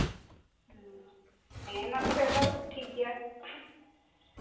ᱦᱮᱸ ᱢᱟ ᱛᱚᱵᱮ ᱟᱫᱚ ᱴᱷᱤᱠ ᱜᱮᱭᱟ ᱦᱮᱸ